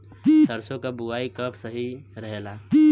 सरसों क बुवाई कब सही रहेला?